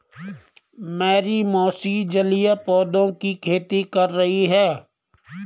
मेरी मौसी जलीय पौधों की खेती कर रही हैं